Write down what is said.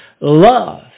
Love